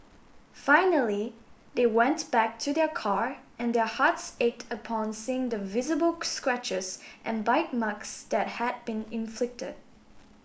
finally they went back to their car and their hearts ached upon seeing the visible scratches and bite marks that had been inflicted